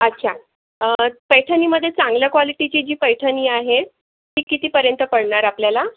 अच्छा पैठणीमध्ये चांगल्या क्वालिटीची जी पैठणी आहे ती कितीपर्यंत पडणार आपल्याला